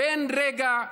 בן רגע,